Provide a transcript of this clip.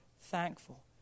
thankful